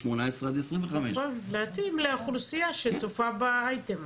18 עד 25. להתאים לאוכלוסיה שצופה באייטם.